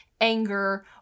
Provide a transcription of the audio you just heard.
anger